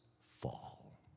fall